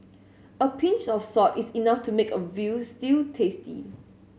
a pinch of salt is enough to make a veal stew tasty